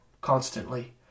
constantly